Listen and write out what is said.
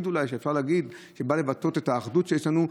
אפשר להגיד שזהו אולי המקום היחיד שבא לבטא את האחדות שיש לנו.